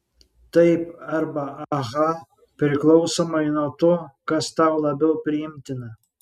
taip arba aha priklausomai nuo to kas tau labiau priimtina